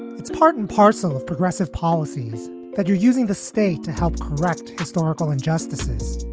it's part and parcel of progressive policies that you're using the state to help correct historical injustices.